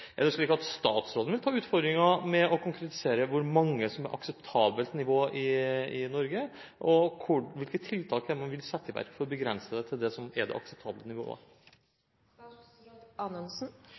Er det slik at statsråden tar utfordringen med å konkretisere hvor mange som er akseptabelt nivå i Norge? Hvilke tiltak vil man sette i verk for å begrense det til det som er det akseptable nivået?